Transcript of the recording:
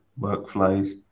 workflows